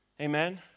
Amen